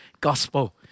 gospel